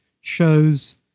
shows